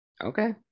Okay